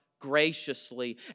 graciously